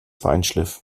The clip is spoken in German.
feinschliff